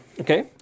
okay